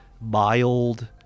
mild